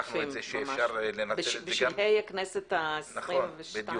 בוועדת הכספים בשלהי הכנסת ה-22.